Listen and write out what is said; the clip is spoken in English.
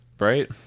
right